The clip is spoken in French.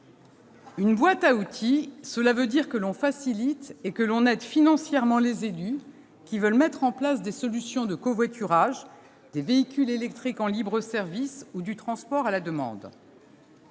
Une boîte à outils, cela veut dire que l'on facilite et que l'on aide financièrement les élus qui veulent mettre en place des solutions de covoiturage, des véhicules électriques en libre-service ou du transport à la demande.